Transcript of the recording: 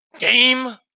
game